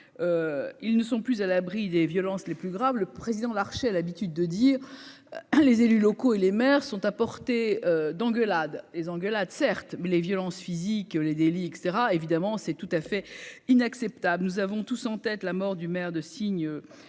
ils ne sont plus à l'abri des violences les plus graves, le président Larché a l'habitude de dire les élus locaux et les mères sont à portée d'engueulade, les engueulades, certes, mais les violences physiques, les délits et etc, évidemment c'est tout à fait inacceptable, nous avons tous en tête la mort du maire de signes